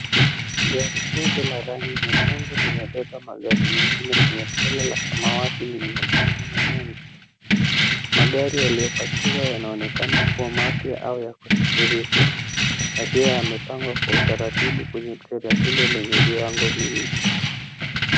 Gari kubwa la rangi nyekundu limebeba magari mengine kwenye trela la samawati lenye magurudumu mengi. Magari yaliyopakiwa yanaonekana kuwa mapya au ya kusafirishwa yakiwa yamepangwa kwa utaratibu kwenye trela hilo lenye viwango viwili.